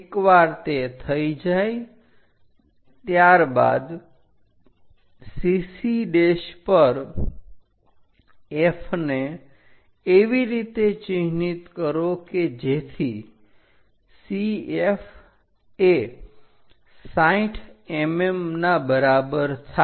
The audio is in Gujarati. એકવાર તે થઇ જાય ત્યારબાદ CC પર F ને એવી રીતે ચિહ્નિત કરો કે જેથી CF એ 60 mm ના બરાબર થાય